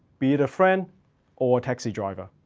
be it a friend or a taxi driver.